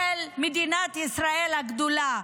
של מדינת ישראל הגדולה.